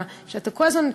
ואתה כל הזמן,